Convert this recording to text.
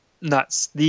nuts